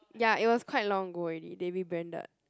ya it was quite long ago already they rebranded